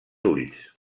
ulls